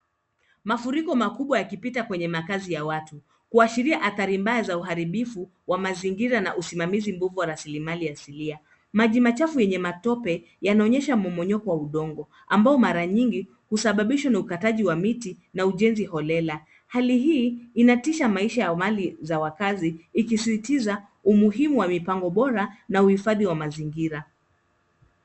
Mafuriko makubwa yakipita kwenye makazi ya watu kuashiria athari mbaya za uharibifu wa mazingira na usimamizi mbovu wa rasilimali asilia. Maji machafu yenye matope yanaonyesha mmomonyoko wa udongo ambao mara nyingi husababisha na ukataji wa miti na ujenzi holela. Hali hii inatisha maisha ya mali za wakazi ikisistiza umuhimu wa mipango bora na uhifadhi wa mazingira.